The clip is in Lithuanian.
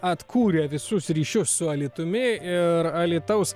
atkūrė visus ryšius su alytumi ir alytaus